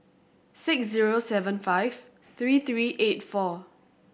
six zero seven five three three eight four